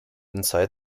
inside